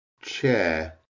chair